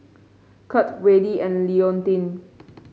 Curt Wayde and Leontine